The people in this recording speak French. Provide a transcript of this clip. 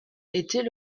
était